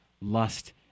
lust